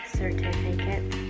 certificate